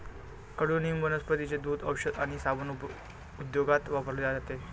कडुनिंब वनस्पतींचे दूध, औषध आणि साबण उद्योगात वापरले जाते